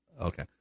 Okay